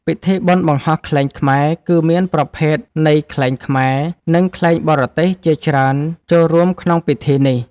ពិធីបុណ្យបង្ហោះខ្លែងខ្មែរ គឺមានប្រភេទនៃខ្លែងខ្មែរ និងខ្លែងបរទេសជាច្រើនចូររួមក្នុងពិធីនេះ។